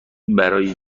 برای